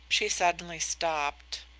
she suddenly stopped.